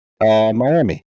Miami